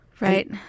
right